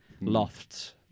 lofts